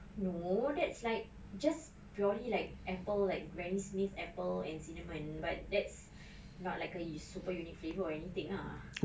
no that's like just purely like apple like granny smith apple and cinnamon but that's not like a super unique or anything ah